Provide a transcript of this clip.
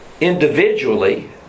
individually